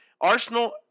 Arsenal